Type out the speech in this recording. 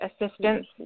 assistance